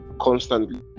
constantly